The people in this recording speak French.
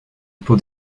pour